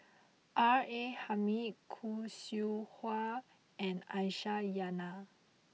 R A Hamid Khoo Seow Hwa and Aisyah Lyana